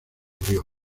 murió